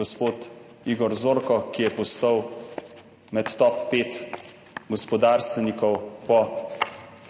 gospod Igor Zorko, ki je med top pet gospodarstvenikov po